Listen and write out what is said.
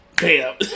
bam